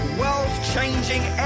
world-changing